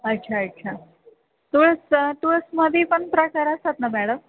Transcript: अच्छा अच्छा तुळस तुळसमध्ये पण प्रकार असतात ना मॅडम